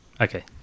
Okay